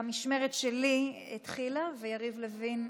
קטן בממשלה הזאת, ומנהל אותה.